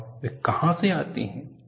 और वे कहां से आते हैं